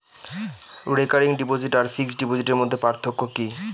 Recurring deposit আর fixed ডিপোজিটের মধ্যে পার্থক্য কি?